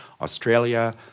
Australia